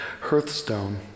hearthstone